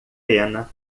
pena